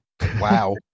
Wow